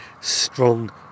strong